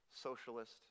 socialist